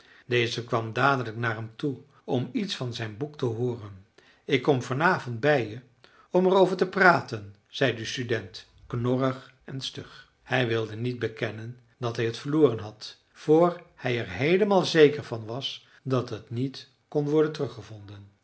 deze kwam dadelijk naar hem toe om iets van zijn boek te hooren ik kom vanavond bij je om er over te praten zei de student knorrig en stug hij wilde niet bekennen dat hij het verloren had vr hij er heelemaal zeker van was dat het niet kon worden teruggevonden